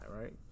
right